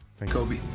Kobe